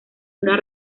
una